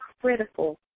critical